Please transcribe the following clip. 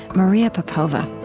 maria popova